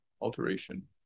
Alteration